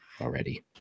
already